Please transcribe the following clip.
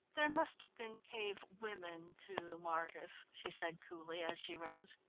there must have been cave women, too, marcus, she said coolly, as she rose.